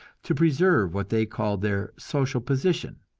to preserve what they called their social position.